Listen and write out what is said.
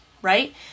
Right